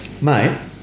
Mate